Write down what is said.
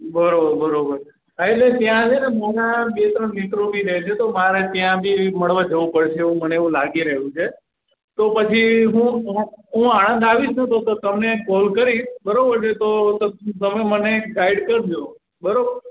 બરાબર બરાબર હા એટલે ત્યાં છે ને મારા બે ત્રણ મિત્રો બી રહે છે તો મારે ત્યાં બી મળવા જવું પડશે એવું મને એવું લાગી રહ્યું છે તો પછી હું હું હું આણંદ આવીશ ને તો તો તમને કોલ કરીશ બરાબર છે તો પછી તમે મને ગાઇડ કરજો બરાબર